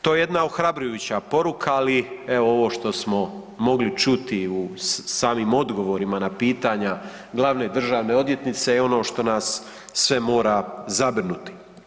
To je jedna ohrabrujuća poruka, ali evo ovo što smo mogli čuti u samim odgovorima na pitanja glavne državne odvjetnice je ono što nas sve mora zabrinuti.